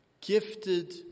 gifted